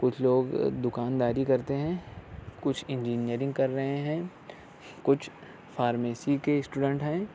کچھ لوگ دکانداری کرتے ہیں کچھ انجینیئرنگ کر رہے ہیں کچھ فارمیسی کے اسٹوڈنٹ ہیں